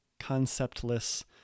conceptless